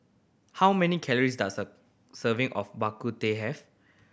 how many calories does a serving of Bak Kut Teh have